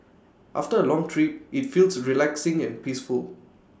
after A long trip IT feels relaxing and peaceful